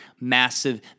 massive